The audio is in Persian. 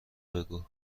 بگو